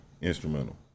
instrumental